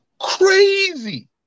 crazy